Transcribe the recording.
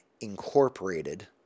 Incorporated